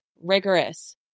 rigorous